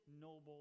noble